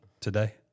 today